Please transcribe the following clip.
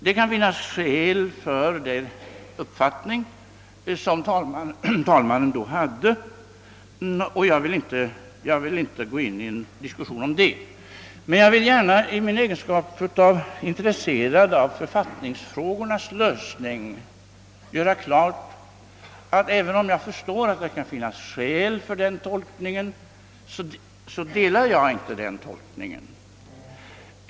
Det kan finnas skäl för den uppfattning som herr talmannen hade då; jag går inte in i någon diskussion om det. Men i egenskap av intresserad av författningsfrågornas lösning vill jag göra klart, att även om det kan finnas skäl för herr talmannens tolkning, så delar jag inte hans uppfattning.